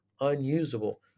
unusable